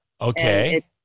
Okay